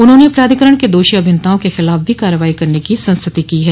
उन्होंने प्राधिकरण के दोषी अभियंताओं के खिलाफ भी कार्रवाई करने की संस्तुति की है